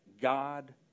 God